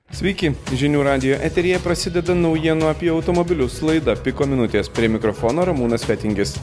sveiki žinių radijo eteryje prasideda naujienų apie automobilius laida piko minutės prie mikrofono ramūnas fetingis